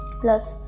plus